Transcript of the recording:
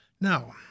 Now